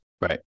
Right